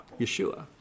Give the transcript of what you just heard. Yeshua